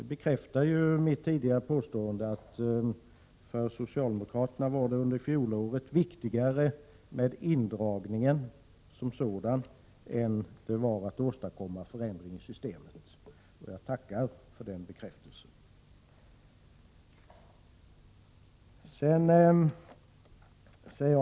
Det bekräftar mitt tidigare påstående att det under fjolåret var viktigare för socialdemokraterna med indragningen som sådan än det var att åstadkomma förändringar i systemet. Jag tackar för den bekräftelsen.